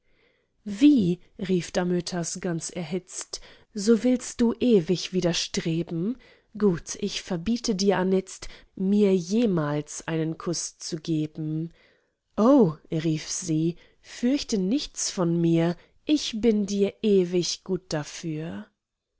wie rief damötas ganz erhitzt so willst du ewig widerstreben gut ich verbiete dir anitzt mir jemals einen kuß zu geben o rief sie fürchte nichts von mir ich bin dir ewig gut dafür